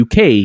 uk